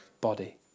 body